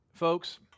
folks